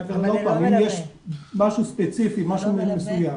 עוד פעם אם יש משהו ספציפי משהו מסוים